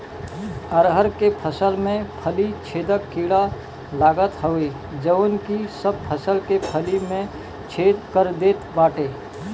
अरहर के फसल में फली छेदक कीड़ा लागत हवे जवन की सब फसल के फली में छेद कर देत बाटे